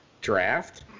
draft